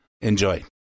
Enjoy